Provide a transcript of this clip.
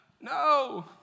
no